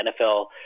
NFL